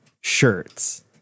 shirts